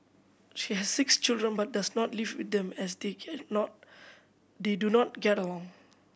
she has six children but does not live with them as they can not they do not get along